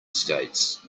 states